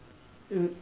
mm